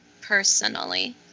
personally